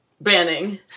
Banning